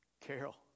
Carol